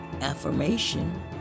Affirmation